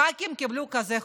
ח"כים קיבלו כזה חוק,